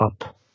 up